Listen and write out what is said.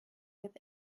with